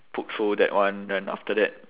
pulled through that one then after that